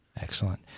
Excellent